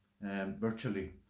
virtually